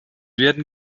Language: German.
werden